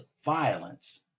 violence